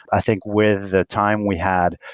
i think with the time we had,